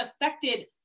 affected